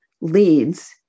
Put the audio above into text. leads